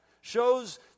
shows